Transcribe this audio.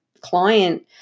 client